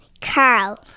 Carl